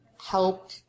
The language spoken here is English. help